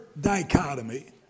dichotomy